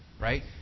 right